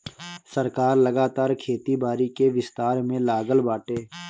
सरकार लगातार खेती बारी के विस्तार में लागल बाटे